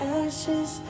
ashes